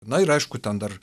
na ir aišku ten dar